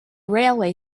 railway